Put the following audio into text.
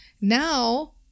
now